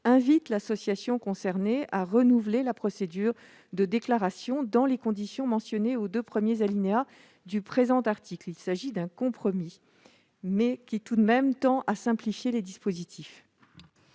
invite l'association concernée à renouveler la procédure de déclaration dans les conditions mentionnées aux deux premiers alinéas du présent article. Il s'agit d'un compromis, mais qui a tout de même pour objet de simplifier le dispositif.